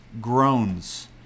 groans